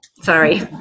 Sorry